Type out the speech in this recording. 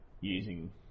using